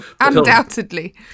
undoubtedly